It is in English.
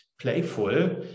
playful